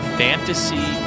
fantasy